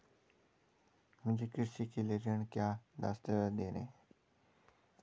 मुझे कृषि ऋण के लिए क्या क्या दस्तावेज़ देने हैं?